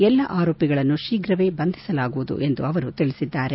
ಎಲ್ಲಾ ಆರೋಪಿಗಳನ್ನು ಶೀಘವೇ ಬಂಧಿಸಲಾಗುವುದು ಎಂದು ಅವರು ತಿಳಿಸಿದ್ದಾರೆ